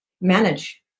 manage